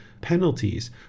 penalties